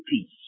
peace